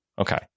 Okay